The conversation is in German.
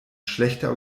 schlechter